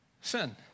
Sin